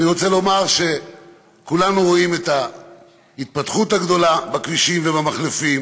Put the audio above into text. אני רוצה לומר שכולנו רואים את ההתפתחות הגדולה בכבישים ובמחלפים.